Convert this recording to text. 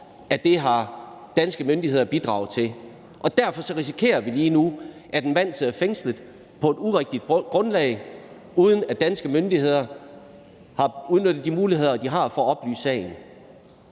for at danske myndigheder har bidraget med. Derfor risikerer vi lige nu, at en mand sidder fængslet på et urigtigt grundlag, uden at danske myndigheder har udnyttet de muligheder, de har, for at oplyse sagen.